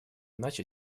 иначе